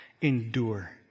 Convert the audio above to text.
endure